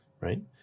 Right